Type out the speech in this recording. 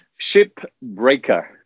Shipbreaker